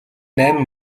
найман